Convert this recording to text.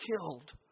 killed